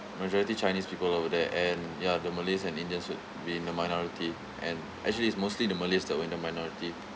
majority chinese people over there and ya the malays and indians would be in the minority and actually it's mostly the malays that were in the minority